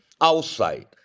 outside